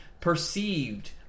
perceived